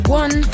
one